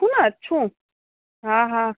अछियूं न अछियूं हा हा